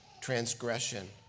transgression